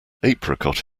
apricot